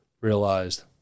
realized